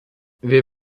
wir